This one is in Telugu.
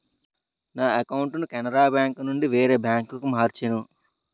నా అకౌంటును కెనరా బేంకునుండి వేరే బాంకుకు మార్చేను